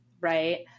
right